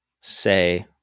say